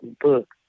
book